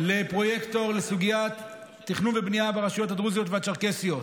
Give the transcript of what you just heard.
לפרויקטור לסוגיית תכנון ובנייה הרשויות הדרוזיות והצ'רקסיות.